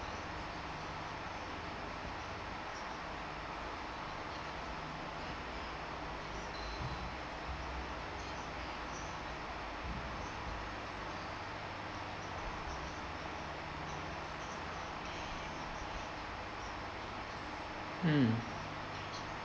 mm